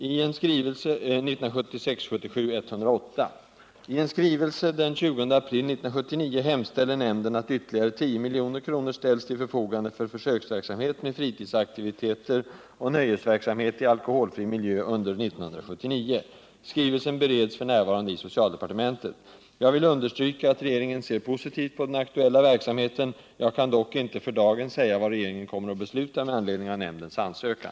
I en skrivelse den 20 april 1979 hemställer nämnden att ytterligare 10 milj.kr. ställs till förfogande för försöksverksamhet med fritidsaktiviteter och nöjesverksamhet i alkoholfri miljö under 1979. Skrivelsen bereds f. n. i socialdepartementet. Jag vill understryka att regeringen ser positivt på den aktuella verksamheten. Jag kan dock inte för dagen säga vad regeringen kommer att besluta med anledning av nämndens ansökan.